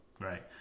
Right